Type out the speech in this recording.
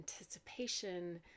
anticipation